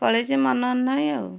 ନାହିଁ ଆଉ